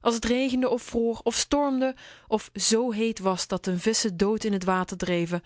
als t regende of vroor of stormde of zoo heet was dat de visschen dood in t water dreven